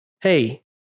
hey